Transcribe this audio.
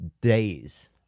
days